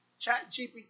ChatGPT